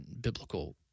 biblical